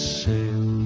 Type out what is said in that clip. sail